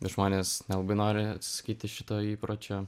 žmonės nelabai nori atsisakyti šito įpročio